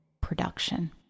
production